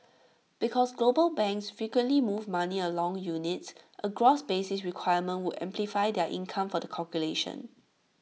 because global banks frequently move money among units A gross basis requirement would amplify their income for the calculation